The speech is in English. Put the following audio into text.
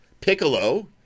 Piccolo